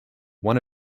one